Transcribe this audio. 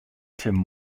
tim